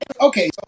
okay